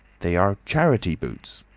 they are charity boots,